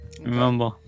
Remember